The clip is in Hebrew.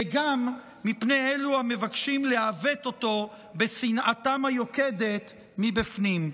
וגם מפני אלו המבקשים לעוות אותו בשנאתם היוקדת מבפנים.